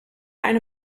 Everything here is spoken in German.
eine